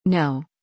No